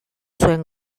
zuen